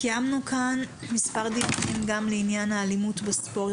קיימנו כאן מספר דיונים גם לעניין האלימות בספורט.